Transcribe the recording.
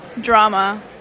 Drama